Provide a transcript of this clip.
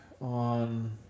on